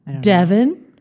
Devon